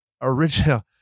original